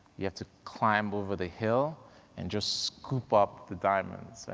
you have to climb over the hill and just scoop up the diamonds.